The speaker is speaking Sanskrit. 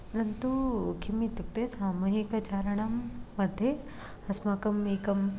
परन्तु किम् इत्युक्ते सामूहिकचारणं मध्ये अस्माकम् एकम्